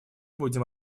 будем